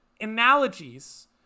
analogies